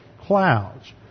clouds